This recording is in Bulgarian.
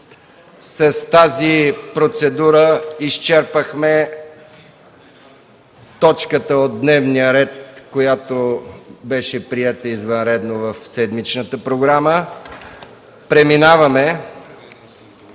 с тази процедура изчерпахме точката от дневния ред, която беше приета извънредно в седмичната програма. Преминаваме